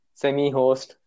semi-host